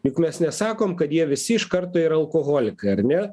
juk mes nesakom kad jie visi iš karto yra alkoholikai ar ne